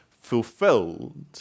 fulfilled